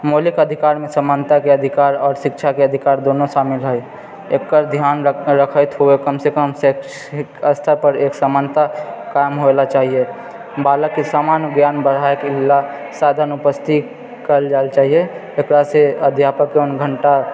मौलिक अधिकारमे समानताके अधिकार आओर शिक्षाके अधिकार दोनो शामिल होए एकर ध्यान रख रखैत हो हुए कमसँ कम शैक्षिक स्तर पर एक समानता कायम होइ लऽ चाहियै बालकके समान ज्ञान बढ़ाए कऽ लऽ साधन उपस्थित करल जाए ला चाहियै ओकरा से अध्यापक पौन घण्टा